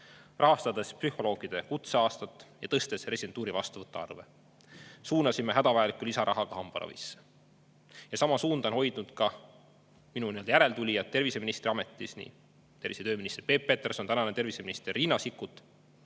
rahastades psühholoogide kutseaastat ja tõstes residentuuri vastuvõtu arve. Suunasime hädavajalikku lisaraha ka hambaravisse. Sama suunda on hoidnud minu nii-öelda järeltulijad terviseministriametis, nii tervise‑ ja tööminister Peep Peterson kui ka tänane terviseminister Riina Sikkut.